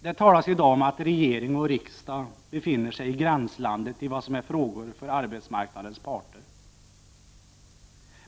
Det talas i dag om att regering och riksdag befinner sig i gränslandet till vad som är frågor för arbetsmarknadens parter.